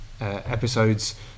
episodes